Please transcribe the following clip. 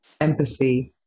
empathy